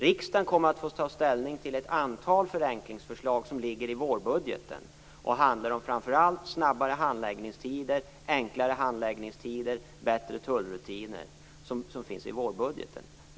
Riksdagen kommer att få ta ställning till ett antal förenklingsförslag som ligger i vårbudgeten och handlar om framför allt snabbare handläggningstider, enklare handläggning och bättre tullrutiner. Det finns i vårbudgeten.